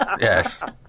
Yes